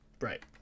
Right